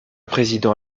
président